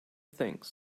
things